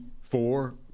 four